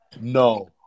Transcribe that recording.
no